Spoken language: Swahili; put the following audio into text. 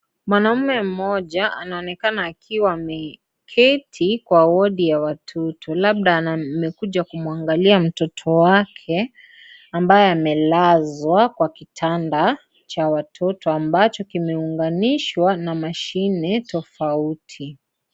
Mwanaume mmoja anaonekana akiwa ameketi kwa wodi ya watoto, labda amekuja kumuangalia mtoto wake ambaye amelazwa kwa kitanda cha watoto ambacho kimeunganishwa na mashine tofauti.